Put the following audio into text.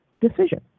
decision